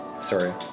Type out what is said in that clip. sorry